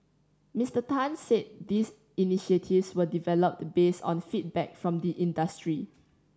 Mister Tan said these initiatives were developed based on feedback from the industry